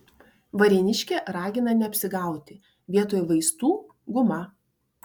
varėniškė ragina neapsigauti vietoj vaistų guma